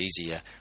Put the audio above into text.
easier